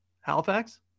Halifax